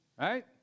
Right